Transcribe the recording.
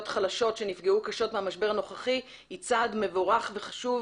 חלשות שנפגעו קשות מהמשבר הנוכחי היא צעד מבורך וחשוב,